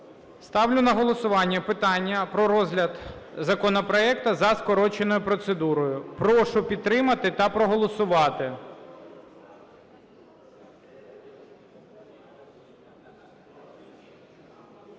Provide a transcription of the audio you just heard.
Ставлю на голосування питання про розгляд законопроекту за скороченою процедурою. Прошу підтримати та проголосувати.